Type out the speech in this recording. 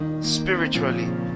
spiritually